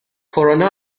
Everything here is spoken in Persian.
کرونا